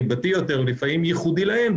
ליבתי יותר ולפעמים ייחודי להם,